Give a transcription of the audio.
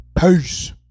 Peace